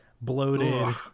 bloated